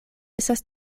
estas